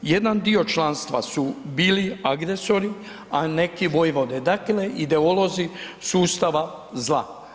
Jedan dio članstva su bili agresori, a neki vojvode, dakle, ideolozi sustava zla.